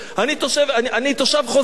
תושב חוזר.